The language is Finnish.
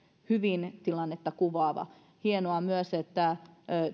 hyvin tilannetta kuvaava on hienoa myös että